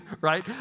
right